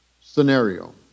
scenario